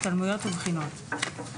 השתלמויות ובחינות.